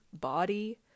body